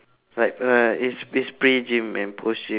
like uh it's it's pre gym and post gym